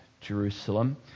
Jerusalem